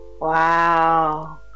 Wow